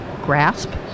grasp